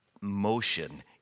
motion